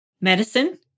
Medicine